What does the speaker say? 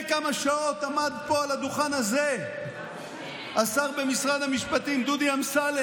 אני מעדיפה לסגור תיקים מאשר שייתנו לי עבירה מינהלית.